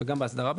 גם באסדרה,